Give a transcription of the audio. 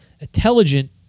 Intelligent